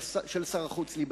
שר החוץ ליברמן,